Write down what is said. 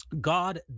God